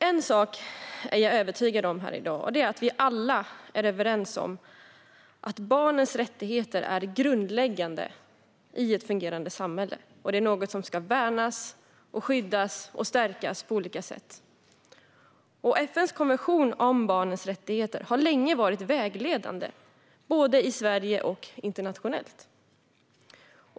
En sak är jag övertygad om här i dag, och det är att vi alla är överens om att barns rättigheter är grundläggande i ett fungerande samhälle och något som ska värnas, skyddas och stärkas på olika sätt. FN:s konvention om barnets rättigheter har länge varit vägledande både i Sverige och internationellt.